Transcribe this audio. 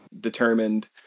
determined